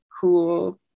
cool